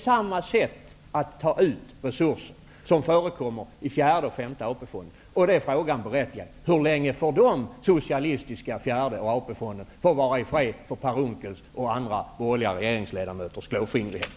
Samma sätt att ta ut resurser förekommer i fjärde och femte AP-fonden. Frågan är då berättigad: Hur länge får de socialistiska fjärde och femte AP-fonderna vara i fred för Per Unckels och andra borgerliga regeringsledamöters klåfingrighet?